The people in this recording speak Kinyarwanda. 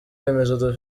remezo